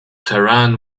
taran